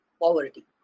poverty